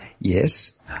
Yes